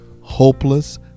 hopeless